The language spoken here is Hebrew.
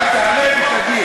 תעמוד בזה.